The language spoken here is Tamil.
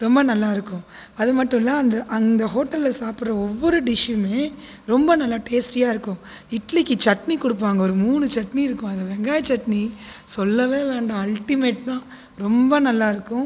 ரொம்ப நல்லா இருக்கும் அது மட்டும் இல்லை அந்த அந்த ஹோட்டல் சாப்பிடுற ஒவ்வொரு டிஷுமே ரொம்ப நல்லா டேஸ்ட்டியாக இருக்கும் இட்லிக்கு சட்னி கொடுப்பாங்க ஒரு மூணு சட்னி இருக்கும் அதில் வெங்காய சட்னி சொல்லவே வேண்டாம் அல்டிமேட் தான் ரொம்ப நல்லா இருக்கும்